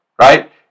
right